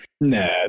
Nah